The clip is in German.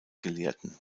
gelehrten